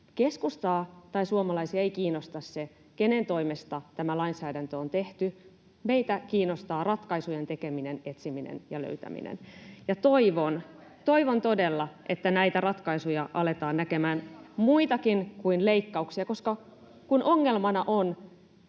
Keskustaa tai suomalaisia ei kiinnosta se, kenen toimesta tämä lainsäädäntö on tehty. Meitä kiinnostaa ratkaisujen tekeminen, etsiminen ja löytäminen, ja toivon todella, että näitä ratkaisuja aletaan näkemään, muitakin kuin leikkauksia, koska kun ongelmana on